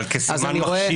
אבל כסימן מחשיד